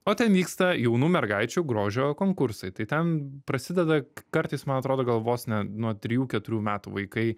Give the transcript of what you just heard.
o ten vyksta jaunų mergaičių grožio konkursai tai ten prasidedak kartais man atrodo gal vos ne nuo trijų keturių metų vaikai